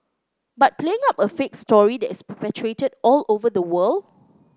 but playing up a fake story that is perpetuated all over the world